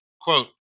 Quote